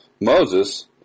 Moses